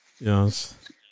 Yes